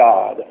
God